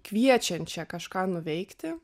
kviečiančią kažką nuveikti